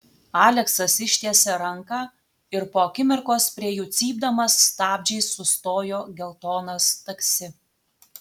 aleksas ištiesė ranką ir po akimirkos prie jų cypdamas stabdžiais sustojo geltonas taksi